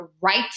right